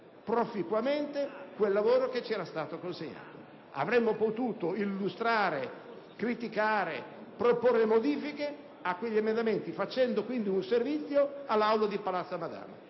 proficuamente quel lavoro che ci era stato consegnato: avremmo potuto illustrare, criticare e proporre modifiche a quegli emendamenti facendo quindi un servizio all'Aula di Palazzo Madama.